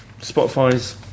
Spotify's